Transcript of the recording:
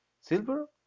Silver